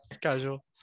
Casual